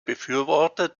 befürworter